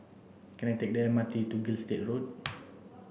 can I take the M R T to Gilstead Road